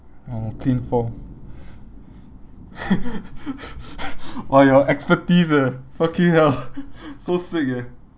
oh clean form !wah! your expertise eh fucking hell so sick eh